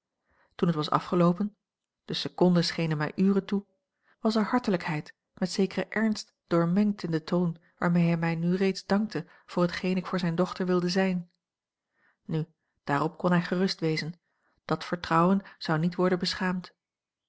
toen het was afgeloopen de seconden schenen mij uren toe was er hartelijkheid met zekeren ernst doormengd in den toon waarmee hij mij nu reeds dankte voor hetgeen ik voor zijne dochter wilde zijn nu daarop kon hij gerust wezen dat vertrouwen zou niet worden beschaamd